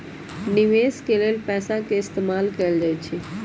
निवेश के लेल पैसा के इस्तमाल कएल जाई छई